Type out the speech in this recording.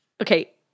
Okay